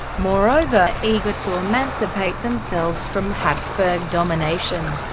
moreover, eager to emancipate themselves from habsburg domination,